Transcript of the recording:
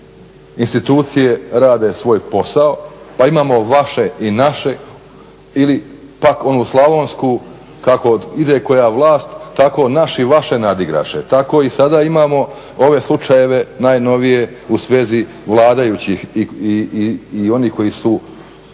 neka institucije rade svoj posao, pa imamo vaše i naše ili pak onu slavonsku kako ide koja vlast tako naši vaše nadigraše. Tako i sada imamo ove slučajeve najnovije u svezi vladajućih i onih koji su